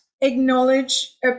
acknowledge